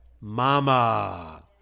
mama